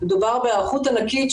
מדובר בהיערכות ענקית,